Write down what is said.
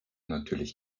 natürlich